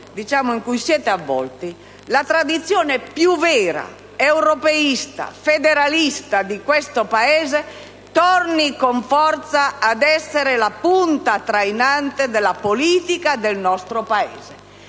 pastoie in cui siete avvolti, la tradizione più vera, europeista, federalista di questo Paese torni con forza ad essere la punta trainante della politica del nostro Paese.